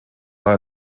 war